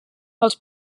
els